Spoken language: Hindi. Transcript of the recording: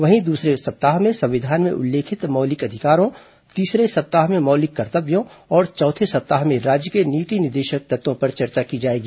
वहीं दूसरे सप्ताह में संविधान में उल्लेखित मौलिक अधिकारों तीसरे सप्ताह में मौलिक कर्तव्यों और चौथे सप्ताह में राज्य के नीति निदेशक तत्वों पर चर्चा की जाएगी